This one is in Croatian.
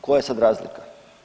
Koja je sad razlika?